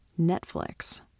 Netflix